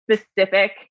specific